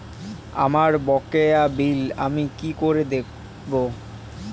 আমার বকেয়া বিল আমি কি করে দেখব?